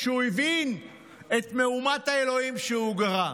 כשהוא הבין את מהומת האלוהים שהוא גרם.